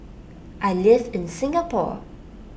I live in Singapore